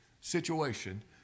situation